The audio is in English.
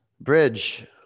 Bridge